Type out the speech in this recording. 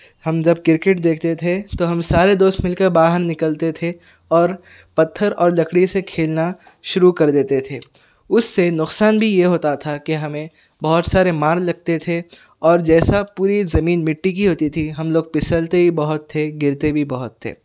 ہم جب کرکٹ دیکھتے تھے تو ہم سارے دوست مل کر باہر نکلتے تھے اور پتھر اور لکڑی سے کھیلنا شروع کر دیتے تھے اس سے نقصان بھی یہ ہوتا تھا کہ ہمیں بہت سارے مار لگتے تھے اور جیسا پوری زمین مٹی کی ہوتی تھی ہم لوگ پھسلتے بہت تھے اور گرتے بھی بہت تھے